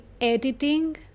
editing